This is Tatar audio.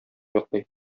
йоклый